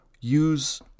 use